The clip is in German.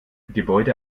gebäude